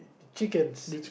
chickens